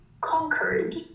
conquered